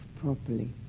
properly